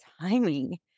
timing